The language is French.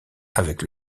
avec